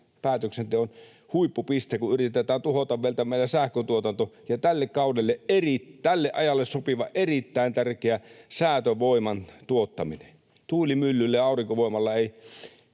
päätöksenteon huippupiste, kun yritetään tuhota meiltä meidän sähköntuotanto ja tälle ajalle sopiva, erittäin tärkeä säätövoiman tuottaminen. Tuulimyllyillä ja aurinkovoimalla ei